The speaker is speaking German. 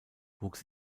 wuchs